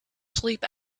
sleep